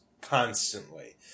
constantly